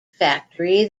factory